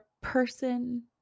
person